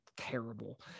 terrible